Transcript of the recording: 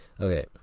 Okay